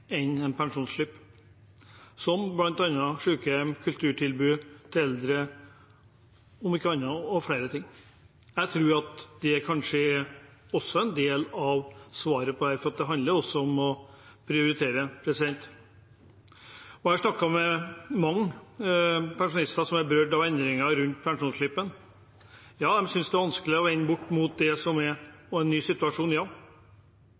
enn en pensjonsslipp, som bl.a. sykehjem, kulturtilbud til eldre – om ikke annet – og flere ting. Jeg tror at det kanskje er en del av svaret på dette, for det handler også om å prioritere. Jeg har snakket med mange pensjonister som er berørt av endringene rundt pensjonsslippen. Ja, de synes det er vanskelig å venne seg til en ny situasjon, men det